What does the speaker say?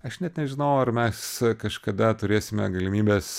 aš net nežinau ar mes kažkada turėsime galimybes